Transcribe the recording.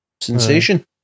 sensation